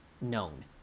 known